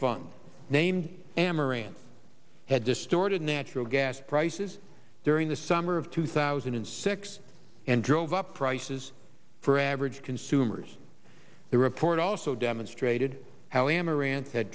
moran had distorted natural gas prices during the summer of two thousand and six and drove up prices for average consumers the report also demonstrated how amaranth had